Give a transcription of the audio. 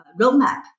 roadmap